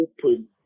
open